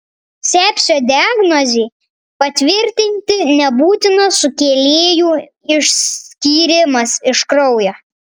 sepsio diagnozei patvirtinti nebūtinas sukėlėjų išskyrimas iš kraujo